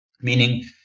Meaning